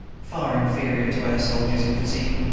far inferior to our soldiers in physique,